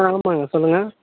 ஆ ஆமாம்ங்க சொல்லுங்கள்